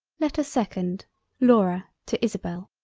letter second laura to isabel